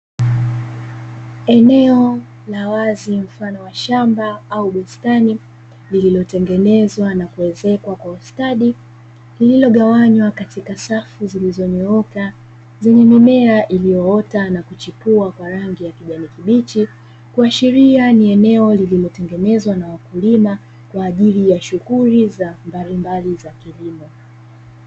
Eneo la wazi mfano wa shamba au bustani, lililotengenezwa na kuezekwa kwa ustadi, lililogawanywa katika safu zilizonyooka, zenye mimea iliyoota na kuchipua kwa rangi ya kijani kibichi, kuashiria ni eneo lililotengenezwa na wakulima kwa ajili ya shughuli mbalimbali za kilimo.